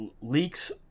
leaks